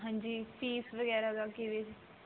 ਹਾਂਜੀ ਫੀਸ ਵਗੈਰਾ ਦਾ ਕਿਵੇਂ